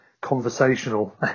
conversational